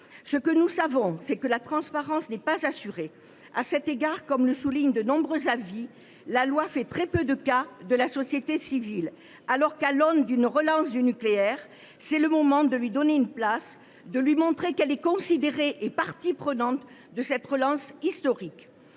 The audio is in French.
Nous savons également que la transparence n’est pas assurée. À cet égard ; comme le soulignent de nombreux avis, « la loi fait très peu de cas de la société civile », alors que, à l’aune d’une relance du nucléaire, il est temps de lui donner une place et de lui montrer qu’elle est considérée comme « partie prenante » de cette relance historique.